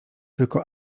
tylko